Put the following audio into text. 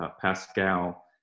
Pascal